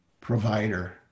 provider